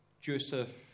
Joseph